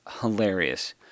hilarious